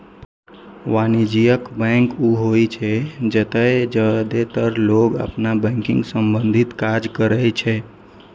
वाणिज्यिक बैंक ऊ होइ छै, जतय जादेतर लोग अपन बैंकिंग संबंधी काज करै छै